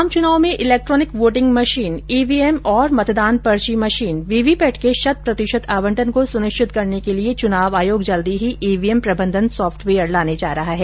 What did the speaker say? आम चुनाव में इलेक्ट्रॉनिक वोटिंग मशीन ईवीएम और मतदान पर्ची मशीन वीवीपैट के शतप्रतिशत आवंटन को सुनिश्चित करने के लिये चुनाव आयोग जल्द ही ईवीएम प्रबंधन सॉफ्टवेयर लाने जा रहा है